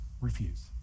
refuse